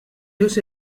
vius